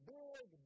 big